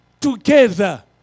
together